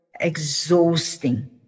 exhausting